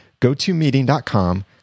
GoToMeeting.com